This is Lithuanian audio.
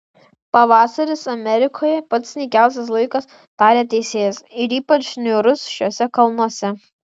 pavasaris amerikoje pats nykiausias laikas tarė teisėjas ir ypač niūrus šiuose kalnuose